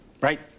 right